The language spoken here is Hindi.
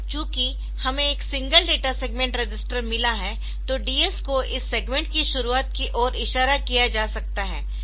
अब चूंकि हमें एक सिंगल डेटा सेगमेंट रजिस्टर मिला है तो DS को इस सेगमेंट की शुरुआत की ओर इशारा किया जा सकता है